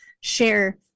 share